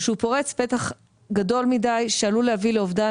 שהוא פורץ פתח גדול מדי שעלול להביא לאובדן